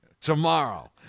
tomorrow